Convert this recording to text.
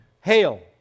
Hail